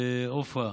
ועפרה,